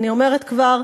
אני אומרת כבר.